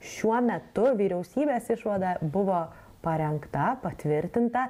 šiuo metu vyriausybės išvada buvo parengta patvirtinta